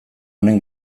honen